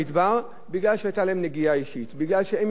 כי היתה להם נגיעה אישית, כי הם התכוונו לעצמם.